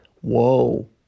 whoa